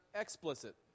explicit